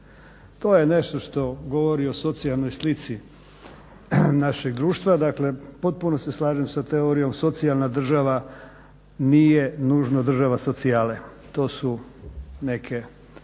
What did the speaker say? To je nešto što govori o socijalnoj slici našeg društva. Dakle, potpuno se slažem sa teorijom socijalna država nije nužno država socijale. To su neke